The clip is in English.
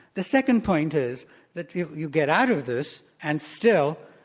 the second point is that you you get out of this, and still,